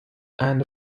and